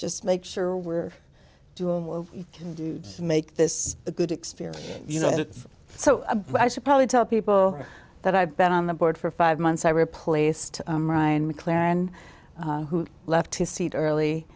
just make sure we're doing what we can do to make this a good experience you know so i should probably tell people that i bet on the board for five months i replaced ryan mclaren who left his seat early